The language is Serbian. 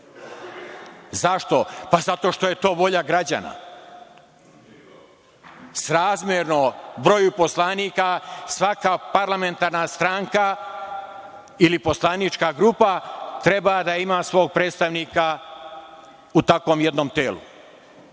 Zašto? Zato što je to volja građana. Srazmerno broju poslanika, svaka parlamentarna stranka ili poslanička grupa treba da ima svog predstavnika u takvom jednom telu.